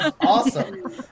awesome